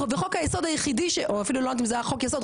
וחוק היסוד היחידי או אפילו לא יודעת אם זה היה חוק יסוד,